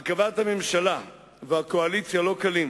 הרכבת הממשלה והקואליציה לא קלה.